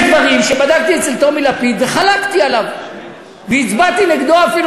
יש דברים שבדקתי אצל טומי לפיד וחלקתי עליו והצבעתי נגדו אפילו,